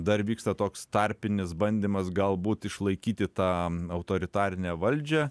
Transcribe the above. dar vyksta toks tarpinis bandymas galbūt išlaikyti tą autoritarinę valdžią